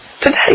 today